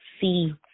see